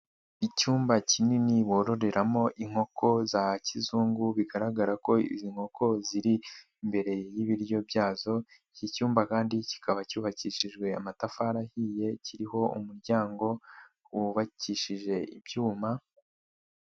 Icyumba kinini bororeramo inkoko za kizungu bigaragara ko izi nkoko ziri imbere y'ibiryo byazo, iki cyumba kandi kikaba cyubakishijwe amatafari ahiye kiriho umuryango wubakishije ibyuma.